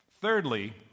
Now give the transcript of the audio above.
Thirdly